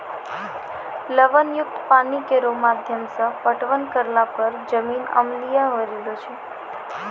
लवण युक्त पानी केरो माध्यम सें पटवन करला पर जमीन अम्लीय होय रहलो छै